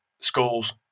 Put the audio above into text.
schools